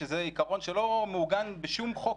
שזה עיקרון שלא מעוגן בשום חוק,